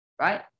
right